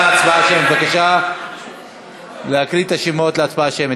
בבקשה להקריא את השמות להצבעה שמית,